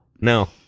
no